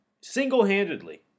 single-handedly